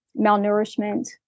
malnourishment